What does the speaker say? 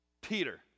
Peter